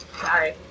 Sorry